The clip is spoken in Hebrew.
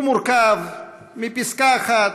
הוא מורכב מפסקה אחת,